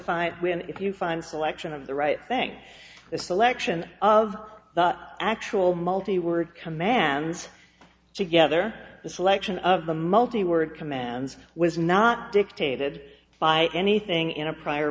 find when if you find selection of the right thing the selection of the actual multi word command together the selection of the multi word commands was not dictated by anything in a prior